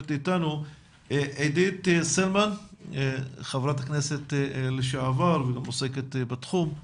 עידית סילמן, חברת כנסת לשעבר, את עוסקת בתחום.